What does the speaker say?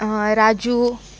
Raju